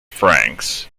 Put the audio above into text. franks